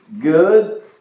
good